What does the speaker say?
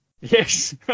Yes